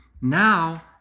Now